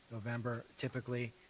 november typically,